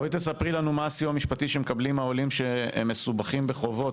בואי תספרי לנו מה הסיוע המשפטי שמקבלים העולים שמסובכים בחובות